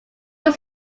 was